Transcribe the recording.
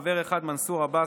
חבר אחד: מנסור עבאס,